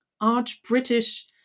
arch-British